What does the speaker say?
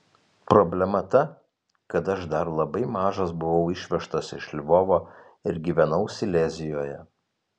problema ta kad aš dar labai mažas buvau išvežtas iš lvovo ir gyvenau silezijoje